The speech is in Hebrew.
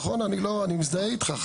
נכון, אני מזדהה איתך.